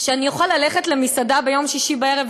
שאני אוכל ללכת למסעדה ביום שישי בערב,